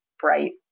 bright